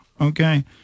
Okay